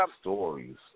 stories